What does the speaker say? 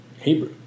hebrew